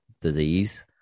disease